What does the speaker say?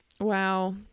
Wow